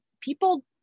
people